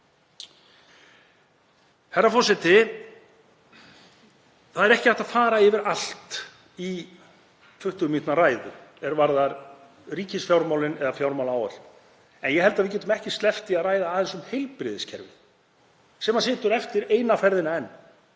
Herra forseti. Það er ekki hægt að fara yfir allt í 20 mínútna ræðu er varðar ríkisfjármálin eða fjármálaáætlun en ég held að við getum ekki sleppt því að ræða aðeins um heilbrigðiskerfið sem situr eftir eina ferðina enn